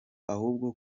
ahubwo